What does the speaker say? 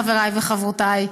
חבריי וחברותיי,